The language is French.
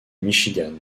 michigan